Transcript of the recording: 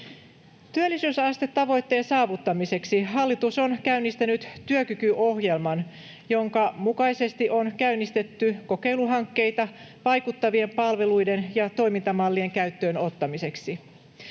Työllisyysastetavoitteen saavuttamiseksi hallitus on käynnistänyt työkykyohjelman, jonka mukaisesti on käynnistetty kokeiluhankkeita vaikuttavien palveluiden ja toimintamallien käyttöön ottamiseksi.